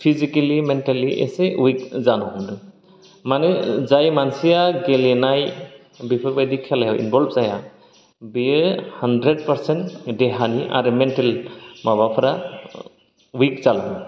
physically mentally एसे उइक जानो हमदों मानो जाय मानसिया गेलेनाय बेफोरबायदि खेलायाव इनभलब जाया बेयो हानद्रेद पारसेन्ट देहानि आरो मेनटेल माबाफोरा उइक जालाङो